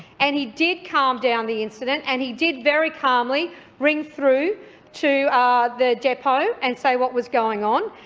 and he did calm down the incident and he did very calmly ring through to ah the depot and say what was going on,